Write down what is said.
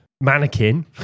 mannequin